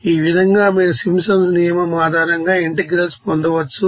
ఈ విధంగా మీరు సింప్సన్స్ నియమం ఆధారంగా ఇంటెగ్రల్స్ పొందవచ్చు